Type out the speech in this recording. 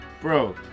Bro